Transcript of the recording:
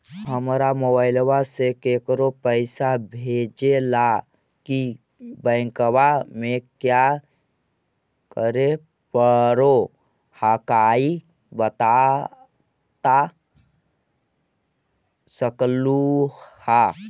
हमरा मोबाइलवा से केकरो पैसा भेजे ला की बैंकवा में क्या करे परो हकाई बता सकलुहा?